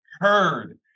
heard